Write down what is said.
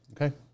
Okay